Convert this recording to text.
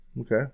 Okay